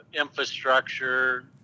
infrastructure